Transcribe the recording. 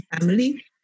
family